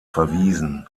verwiesen